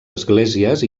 esglésies